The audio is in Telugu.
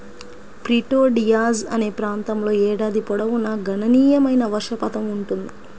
ప్రిటో డియాజ్ అనే ప్రాంతంలో ఏడాది పొడవునా గణనీయమైన వర్షపాతం ఉంటుంది